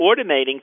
automating